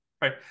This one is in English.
right